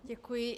Děkuji.